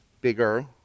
bigger